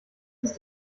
ist